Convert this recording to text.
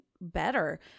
better